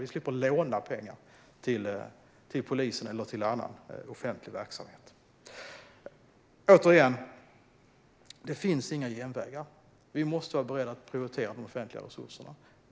Vi slipper låna pengar till polisen eller annan offentlig verksamhet. Återigen: Det finns inga genvägar. Vi måste vara beredda att prioritera de offentliga resurserna.